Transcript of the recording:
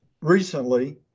recently